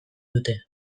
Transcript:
dute